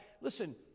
listen